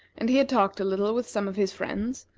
and he had talked a little with some of his friends,